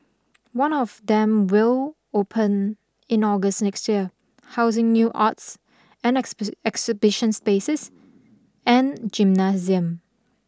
one of them will open in August next year housing new arts and exhibit exhibition spaces and gymnasium